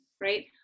right